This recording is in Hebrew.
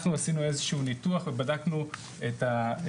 אנחנו עשינו איזה שהוא ניתוח ובדקנו על הסכום